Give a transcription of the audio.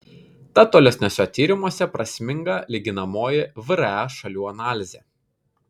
tad tolesniuose tyrimuose prasminga lyginamoji vre šalių analizė